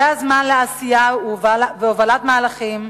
זה הזמן לעשייה והובלת מהלכים,